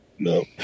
No